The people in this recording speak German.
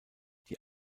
die